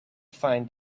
find